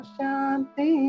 Shanti